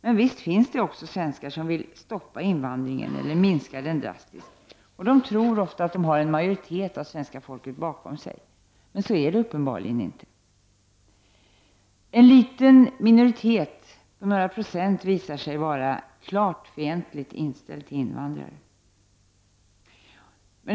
Men visst finns det också svenskar som vill stoppa invandringen eller drastiskt minska den. De tror ofta att de har en majoritet av svenska folket bakom sig, men så är det uppenbarligen inte. En liten minoritet, några procent, visar sig vara klart fientligt inställd till invandrare.